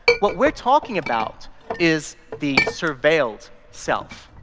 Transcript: what we're talking about is the surveilled self.